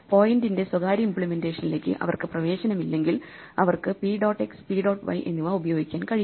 പോയിന്റിന്റെ സ്വകാര്യ ഇമ്പ്ലിമെന്റേഷനിലേക്ക് അവർക്ക് പ്രവേശനമില്ലെങ്കിൽ അവർക്ക് p dot x p dot y എന്നിവ ഉപയോഗിക്കാൻ കഴിയില്ല